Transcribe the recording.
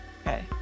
Okay